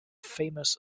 famous